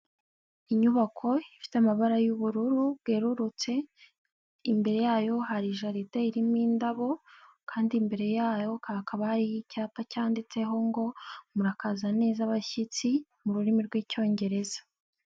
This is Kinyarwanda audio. Inyubako ifite amabara y'ubururu bwerurutse. imbere yayo hari jaride irimo indabo, kandi imbere yayo hakaba hari icyapa cyanditseho ngo murakaza neza bashyitsi, mu rurimi rw'icyongereza.